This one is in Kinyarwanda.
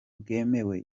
bwemewe